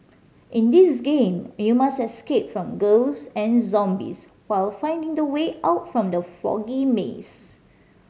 in this game you must escape from ghosts and zombies while finding the way out from the foggy maze